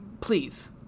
please